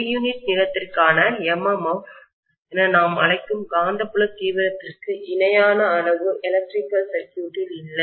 ஒரு யூனிட் நீளத்திற்கான MMF என நாம் அழைக்கும் காந்தப்புல தீவிரத்திற்கு இணையான அளவு எலக்ட்ரிகல் சர்க்யூட்டில் இல்லை